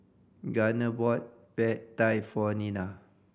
Garner bought Pad Thai for Nina